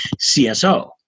CSO